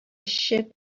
ship